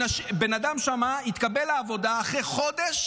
בן אדם שם התקבל לעבודה, ואחרי חודש